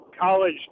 college